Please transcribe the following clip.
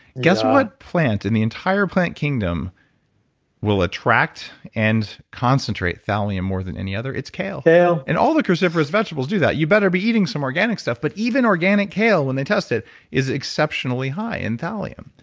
guess what plant in the entire plant kingdom will attract and concentrate thallium more than any other? it's kale kale and all the cruciferous vegetables do that. you better be eating some organic stuff but even organic kale when they test it is exceptionally high in thallium.